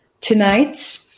tonight